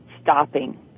stopping